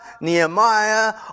Nehemiah